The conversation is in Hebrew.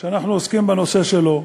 שאנחנו עוסקים בנושא שלו,